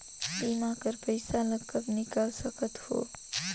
बीमा कर पइसा ला कब निकाल सकत हो?